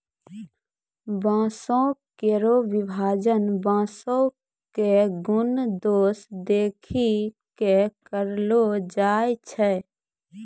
बांसों केरो विभाजन बांसों क गुन दोस देखि कॅ करलो जाय छै